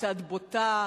קצת בוטה.